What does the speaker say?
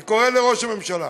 אני קורא לראש הממשלה,